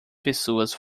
pessoas